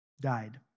died